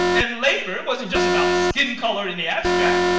and labor wasn't just about skin color and the abstract.